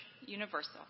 universal